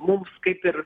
mums kaip ir